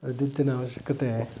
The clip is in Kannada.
ವಿದ್ಯುತ್ತಿನ ಅವಶ್ಯಕತೆ